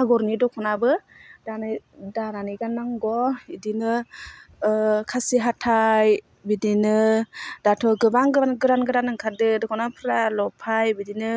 आगरनि दख्नाबो दानाय दानानै गाननांग' इदिनो ओह खासि हाथाइ बिदिनो दाथ' गोबां गोबां गोदान गोदान ओंखारदो दख्नाफ्रा लफाय बिदिनो